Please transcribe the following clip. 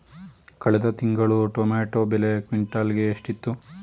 ಕಳೆದ ತಿಂಗಳು ಟೊಮ್ಯಾಟೋ ಬೆಲೆ ಕ್ವಿಂಟಾಲ್ ಗೆ ಎಷ್ಟಿತ್ತು?